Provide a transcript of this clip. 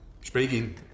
speaking